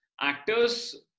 Actors